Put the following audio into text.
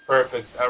Perfect